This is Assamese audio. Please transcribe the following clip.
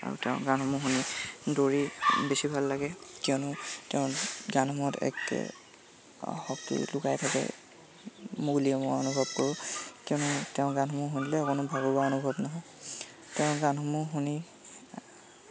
আৰু তেওঁৰ গানসমূহ শুনি দৌৰি বেছি ভাল লাগে কিয়নো তেওঁৰ গানসমূহত এক শক্তি লুকাই থাকে বুলি মই অনুভৱ কৰোঁ কিয়নো তেওঁৰ গানসমূহ শুনিলে অকণো ভাগৰুৱা অনুভৱ নহয় তেওঁৰ গানসমূহ শুনি